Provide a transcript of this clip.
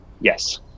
Yes